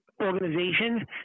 Organization